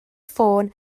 ffôn